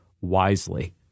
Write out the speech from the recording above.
wisely